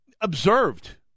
observed